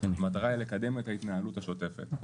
המטרה היא לקדם את ההתנהלות השוטפת.